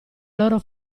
loro